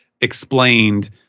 explained